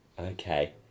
Okay